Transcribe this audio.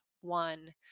one